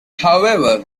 however